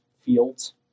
fields